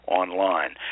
online